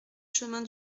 chemin